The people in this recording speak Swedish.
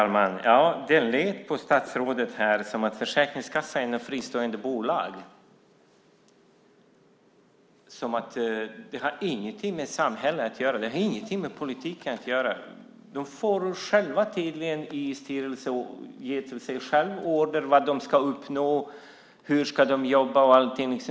Fru talman! Det lät på statsrådet som om Försäkringskassan är ett fristående bolag och inte har någonting med samhället och politiken att göra. De får, tydligen, i styrelsen ge sig själva order om vad de ska uppnå, hur de ska jobba och allting.